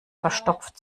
verstopft